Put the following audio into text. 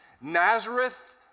Nazareth